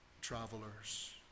travelers